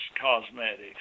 cosmetics